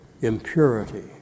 impurity